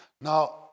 Now